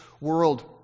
world